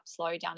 slowdown